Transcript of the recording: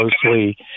closely